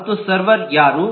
ಮತ್ತು ಸರ್ವರ್ ಯಾರು